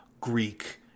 Greek